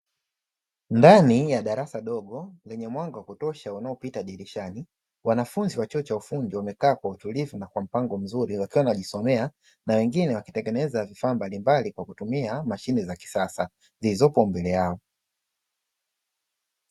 Ndani ya darasa dogo, lenye mwanga wa kutosha unaopita dirishani, wanafunzi wa chuo cha ufundi wamekaaa kwa utulivu na kwa mpango mzuri wakiwa wanajisomea na wengine wakitengeneza vifaaa mbalimbali kwa kutumia mashine za kisasa zilizopo mbele yao.